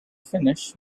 finish